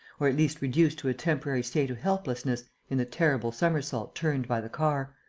or at least reduced to a temporary state of helplessness, in the terrible somersault turned by the car?